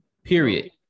period